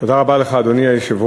תודה רבה לך, אדוני היושב-ראש,